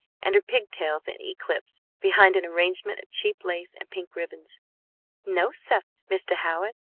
and her pigtails in eclipse behind an arrangement of cheap lace and pink ribbons no, sir, mister howard,